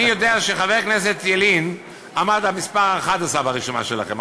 אני יודע שחבר הכנסת ילין עמד על מספר 11 ברשימה שלכם,